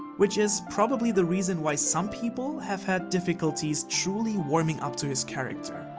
which is probably the reason why some people have had difficulties truly warming up to his character.